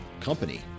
company